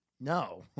No